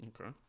Okay